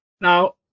Now